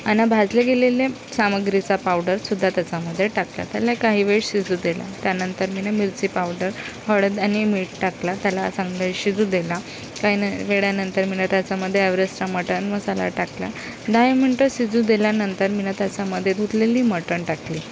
आणि भाजल्या गेलेल्या सामग्रीचा पावडरसुद्धा त्याचामध्ये टाकला त्याला काही वेळ शीजू दिला त्यांनतर मी ना मिरची पावडर हळद आणि मीठ टाकलं त्याला चांगले शिजू दिला काही ना वेळानंतर मी ना त्याचामध्ये ॲव्हरेस्टचा मटण मसाला टाकला दाही मिनटं शिजू दिल्यानंतर मी ना त्याचामध्ये धुतलेली मटण टाकली